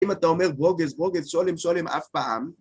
אם אתה אומר ברוגז, ברוגז, שולם, שולם, אף פעם...